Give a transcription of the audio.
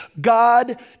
God